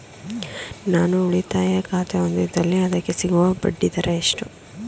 ನಾನು ಉಳಿತಾಯ ಖಾತೆ ಹೊಂದಿದ್ದಲ್ಲಿ ಅದಕ್ಕೆ ಸಿಗುವ ಬಡ್ಡಿ ದರ ಎಷ್ಟು?